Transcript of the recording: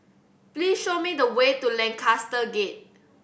please show me the way to Lancaster Gate